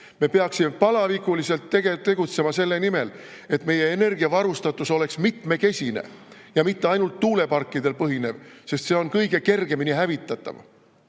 Me peaksime palavikuliselt tegutsema selle nimel, et meie energiavarustatus oleks mitmekesine ja mitte ainult tuuleparkidel põhinev, sest see on sõjatingimustes kõige kergemini hävitatav.